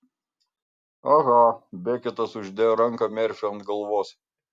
aha beketas uždėjo ranką merfiui ant galvos